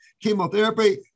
chemotherapy